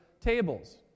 tables